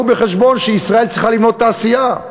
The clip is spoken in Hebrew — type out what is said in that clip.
בחשבון שישראל צריכה לבנות תעשייה,